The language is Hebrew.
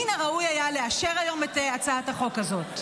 הראוי היה לאשר היום את הצעת החוק הזאת.